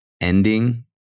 ending